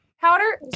powder